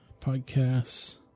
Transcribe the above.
Podcasts